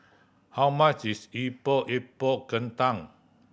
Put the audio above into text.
how much is Epok Epok Kentang